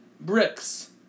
bricks